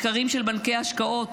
מחקרים של בנקי ההשקעות